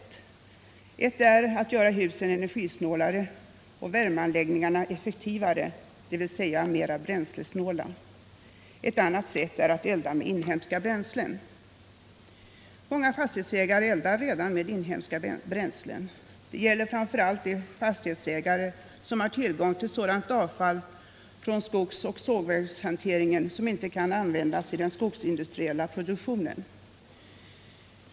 Ett är att göra 24 januari 1978 husen energisnålare och värmeanläggningarna effektivare, dvs. mera bränslesnåla. Ett annat sätt är att elda med inhemska bränslen. Många fastighetsägare eldar redan med inhemska bränslen. Det gäller framför allt de fastighetsägare som har tillgång till sådant avfall från skogsoch sågverkshanteringen som inte kan användas i den skogsindustriella produktionen.